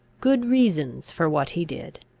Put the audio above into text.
good reasons for what he did.